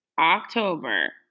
October